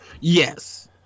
Yes